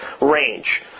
range